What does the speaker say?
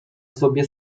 sobie